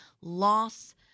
loss